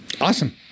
awesome